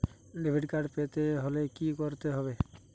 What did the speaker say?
Debit card পেতে হলে কি করতে হবে?